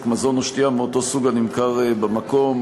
מזון או שתייה מאותו סוג הנמכר במקום),